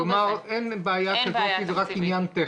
כלומר אין בעיה כזאת, זה רק עניין טכני.